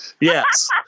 Yes